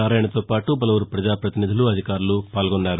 నారాయణతో పాటు పలువురు ప్రజాపతినిధులు అధికారులు పాల్గొన్నారు